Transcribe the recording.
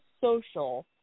social